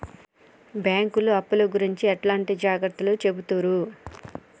బ్యాంకులు అప్పుల గురించి ఎట్లాంటి జాగ్రత్తలు చెబుతరు?